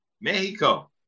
Mexico